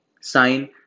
sign